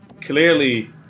clearly